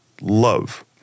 love